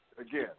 Again